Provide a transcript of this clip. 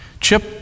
Chip